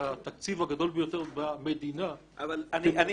זה התקציב הגדול ביותר במדינה --- זאב,